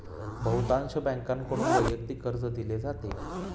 बहुतांश बँकांकडून वैयक्तिक कर्ज दिले जाते